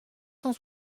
cent